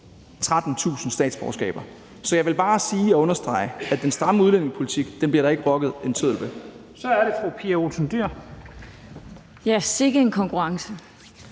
13.000 statsborgerskaber. Så jeg vil bare sige og understrege, at den stramme udlændingepolitik bliver der ikke rokket en tøddel ved. Kl. 09:59 Første næstformand (Leif Lahn Jensen):